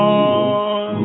on